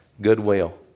goodwill